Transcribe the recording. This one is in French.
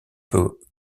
peut